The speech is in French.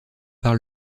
par